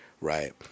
right